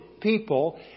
people